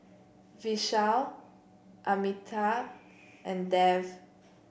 Vishal Amitabh and Dev